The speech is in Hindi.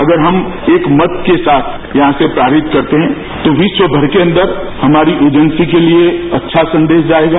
अगर हम एक मत के साथ यहां से पारित करते हैं तो विश्वमर के अंदर हमारी ऐजेंसी के लिए अच्छा संदेश जाएगा